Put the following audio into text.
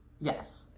Yes